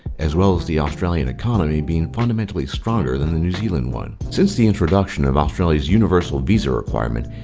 as well as the australian economy being fundamentally stronger than the new zealand one. since the introduction of australia's universal visa requirement,